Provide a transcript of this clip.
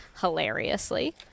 hilariously